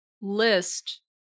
list